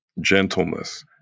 gentleness